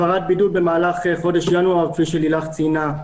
הפרת בידוד במהלך חודש ינואר כפי שלילך ציינה,